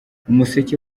umuseke